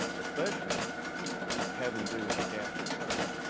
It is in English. especially yeah having to do with the catholic church?